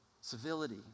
Civility